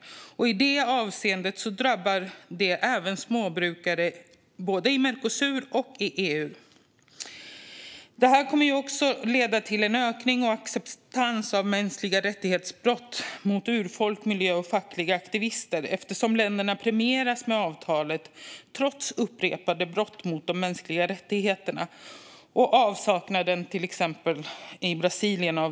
Det drabbar även småbrukare både i Mercosur och i EU. Detta kommer att leda till en ökning och en acceptans av mänskliga rättighetsbrott mot urfolk, miljö och fackliga aktivister, eftersom länderna premieras med avtalet, trots upprepade brott mot de mänskliga rättigheterna och avsaknaden av demokrati till exempel i Brasilien.